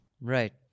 Right